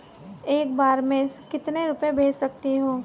एक बार में मैं कितने रुपये भेज सकती हूँ?